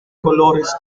colores